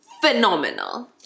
phenomenal